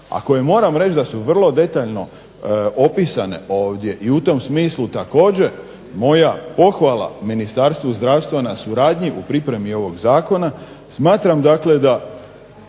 koje moram reći da su vrlo detaljno opisane ovdje. I u tom smislu također moja pohvala Ministarstvu zdravstva na suradnji u pripremi ovog zakona, smatram da bi